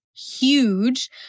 huge